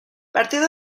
partido